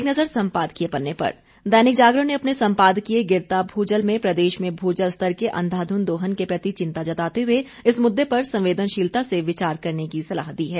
एक नज़र सम्पादकीय पन्ने पर दैनिक जागरण ने अपने संपादकीय गिरता भू जल में प्रदेश में भू जल स्तर के अंधाधुंध दोहन के प्रति चिंता जताते हुए इस मुददे पर संवेदनशीलता से विचार करने की सलाह दी है